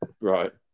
Right